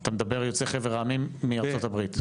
אתה מדבר יוצאי חבר העמים מארצות הברית?